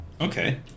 Okay